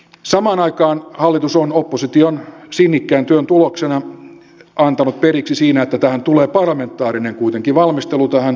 samaan aikaan hallitus on opposition sinnikkään työn tuloksena antanut periksi siinä että tähän yleisradio asioiden jatkohoitoon tulee kuitenkin parlamentaarinen valmistelu